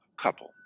couple